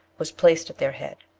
was placed at their head.